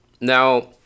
Now